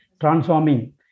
transforming